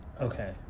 Okay